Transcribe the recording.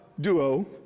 duo